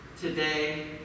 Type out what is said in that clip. today